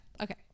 okay